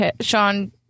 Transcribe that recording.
Sean